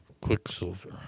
quicksilver